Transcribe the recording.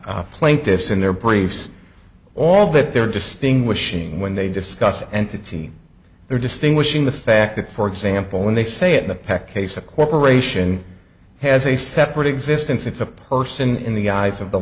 plaintiffs in their briefs all that they're distinguishing when they discuss entity they're distinguishing the fact that for example when they say in the peck case a corporation has a separate existence it's a person in the eyes of the